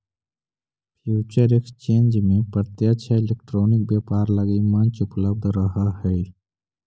future exchange में प्रत्यक्ष या इलेक्ट्रॉनिक व्यापार लगी मंच उपलब्ध रहऽ हइ